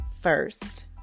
first